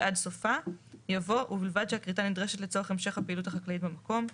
ועד סופה יבוא "ובלבד שהכריתה נדרשת לצורך המשך הפעילות החקלאית במקום".